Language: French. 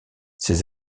ces